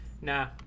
Nah